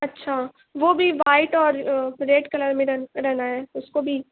اچھا وہ بھی وائٹ اور ریڈ کلر میں رہ رہنا ہے اس کو بھی